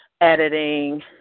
editing